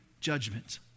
judgment